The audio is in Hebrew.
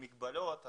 מגבלות,